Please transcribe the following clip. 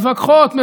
מתווכחות,